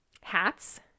hats